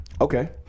okay